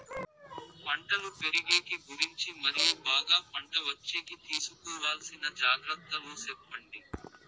పంటలు పెరిగేకి గురించి మరియు బాగా పంట వచ్చేకి తీసుకోవాల్సిన జాగ్రత్త లు సెప్పండి?